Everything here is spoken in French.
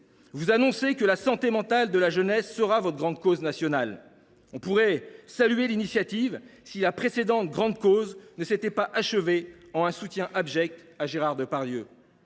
Vous annoncez que la santé mentale de la jeunesse sera votre grande cause nationale. On pourrait saluer l’initiative si la précédente « grande cause » ne s’était pas achevée en un soutien abject à Gérard Depardieu.